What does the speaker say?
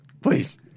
please